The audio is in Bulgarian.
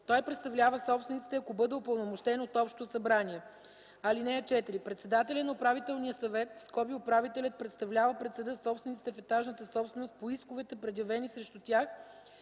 той представлява собствениците, ако бъде упълномощен от общото събрание. (4) Председателят на управителния съвет (управителят) представлява пред съда собствениците в етажната собственост по исковете, предявени срещу тях